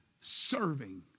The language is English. serving